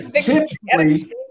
typically